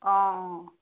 অঁ অঁ